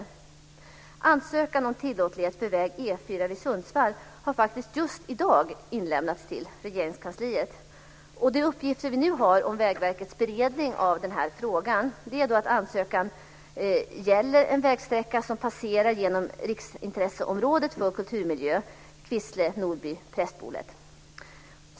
En ansökan om tillåtlighet för väg E 4 vid Sundsvall har faktiskt just i dag inlämnats till Regeringskansliet. De uppgifter vi nu har om Vägverkets beredning av frågan är att ansökan gäller en vägsträcka som passerar genom riksintresseområdet för kulturmiljö Kvissleby-Nolby-Prästbolet.